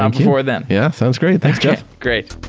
um before then yeah. sounds great. thanks, jeff great